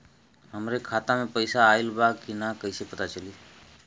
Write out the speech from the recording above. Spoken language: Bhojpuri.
हमरे खाता में पैसा ऑइल बा कि ना कैसे पता चली?